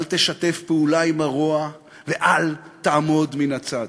אל תשתף פעולה עם הרוע ואל תעמוד מן הצד.